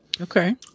Okay